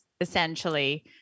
essentially